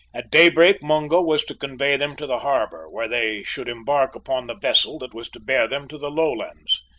at daybreak mungo was to convey them to the harbour, where they should embark upon the vessel that was to bear them to the lowlands.